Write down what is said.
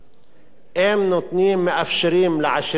אם נותנים ומאפשרים לעשירים להתעשר,